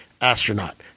astronaut